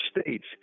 states